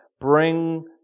bring